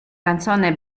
canzone